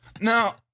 Now